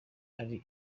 ari